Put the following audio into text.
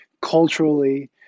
culturally